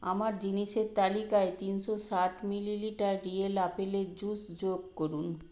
আমার জিনিসের তালিকায় তিনশো ষাট মিলিলিটার রিয়েল আপেলের জুস যোগ করুন